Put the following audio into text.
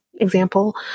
example